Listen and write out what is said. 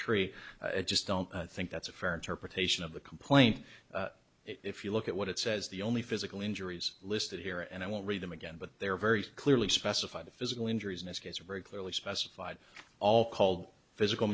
tree i just don't think that's a fair interpretation of the complaint if you look at what it says the only physical injuries listed here and i won't read them again but they are very clearly specified the physical injuries in this case are very clearly specified all called physical